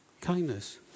Kindness